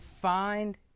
find